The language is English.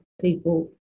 people